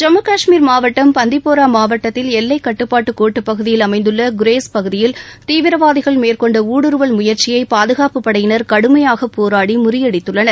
ஜம்மு கஷ்மீர் மாவட்டம் பந்திபோரா மாவட்டத்தில் எல்லைக்கட்டுப்பாட்டு கோட்டுப்பகுதியில் அமைந்துள்ள குரேஸ் பகுதியில் தீவிரவாதிகள் மேற்கொண்ட ஊடுருவல் முயற்சியை பாதுகாப்புப்படையினர் கடுமையாக போராடி முறியடித்துள்ளனர்